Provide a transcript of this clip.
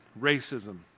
racism